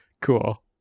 Cool